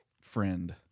friend